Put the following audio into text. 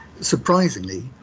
surprisingly